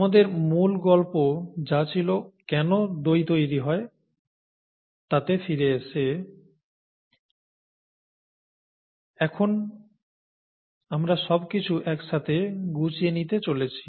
আমাদের মূল গল্প যা ছিল কেন দই তৈরি হয় তাতে ফিরে এসে এখন আমরা সবকিছু একসাথে গুছিয়ে নিতে চলেছি